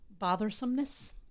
bothersomeness